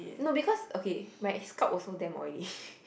no because okay my scalp also damn oily